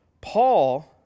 Paul